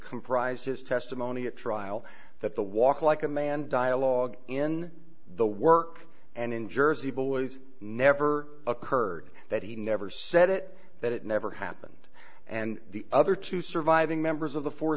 comprise his testimony at trial that the walk like a man dialogue in the work and in jersey boys never occurred that he never said it that it never happened and the other two surviving members of the four